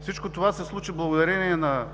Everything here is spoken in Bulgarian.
Всичко това се случи благодарение на